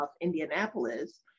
Indianapolis